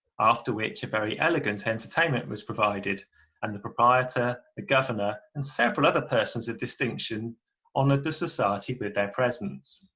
after which a very elegant entertainment was provided and the proprietor, the governor and several other persons of distinction honoured the society with their presence.